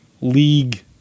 League